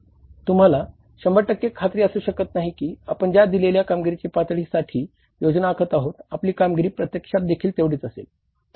तुम्हाला 100 टक्के खात्री असू शकत नाही की आपण ज्या दिलेल्या कामगिरीच्या पातळीसाठी योजना आखत आहोत आपली कामगिरी प्रत्यक्षातदेखील तेवढीच असेल